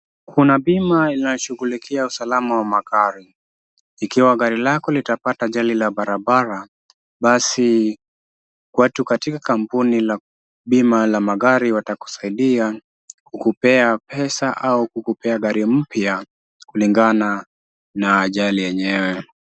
Kuna bima inayoshughulikia usalama wa magari, ikiwa gari lako litapata ajali ya barabara basi kwetu katika kampuni la bima la magari watakusaidia kukupea pesa au kukupea gari mpya kulingana na ajali yenyewe.